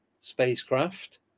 spacecraft